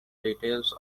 details